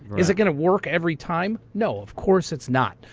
is it going to work every time? no, of course, it's not.